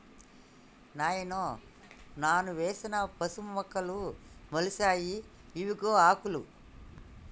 నాయనో నాను వేసిన పసుపు మొక్కలు మొలిచాయి ఇవిగో ఆకులు